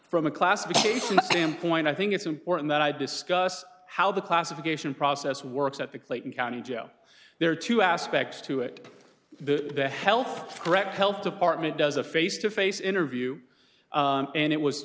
from a classification standpoint i think it's important that i discuss how the classification process works at the clayton county jail there are two aspects to it the health threat health department does a face to face interview and it was